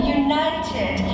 united